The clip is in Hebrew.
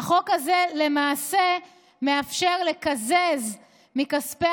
החוק הזה למעשה מאפשר לקזז מכספי